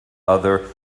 other